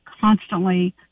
constantly